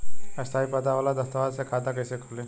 स्थायी पता वाला दस्तावेज़ से खाता कैसे खुली?